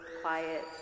quiet